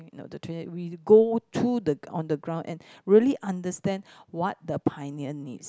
we go to the on the ground and really understand what the pioneer needs